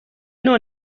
نوع